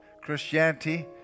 Christianity